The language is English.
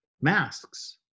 masks